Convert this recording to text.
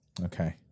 Okay